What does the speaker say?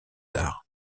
arts